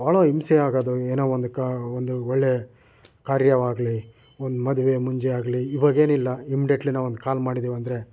ಭಾಳ ಹಿಂಸೆ ಆಗೋದು ಏನೋ ಒಂದು ಒಂದು ಒಳ್ಳೆ ಕಾರ್ಯವಾಗಲಿ ಒಂದು ಮದುವೆ ಮುಂಜಿಯಾಗಲಿ ಇವಾಗೇನಿಲ್ಲ ಇಮ್ಡಿಯೆಟ್ಲಿ ನಾವು ಒಂದು ಕಾಲ್ ಮಾಡಿದ್ದೇವೆಂದರೆ